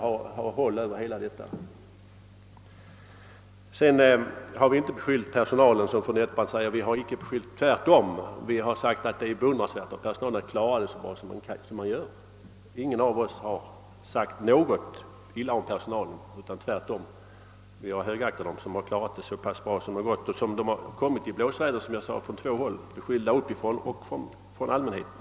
Som fru Nettelbrandt sade har vi inte beskyllt personalen för någonting — tvärtom har vi sagt att det är beundransvärt av den att klara indrivningarna så bra som den gör, och jag högaktar den för detta. Den har kommit i blåsväder från två håll, uppifrån och från allmänheten.